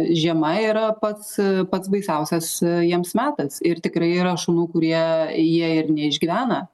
žiema yra pats pats baisiausias jiems metas ir tikrai yra šunų kurie jie ir neišgyvena